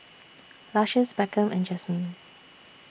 Lucious Beckham and Jasmin